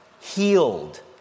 healed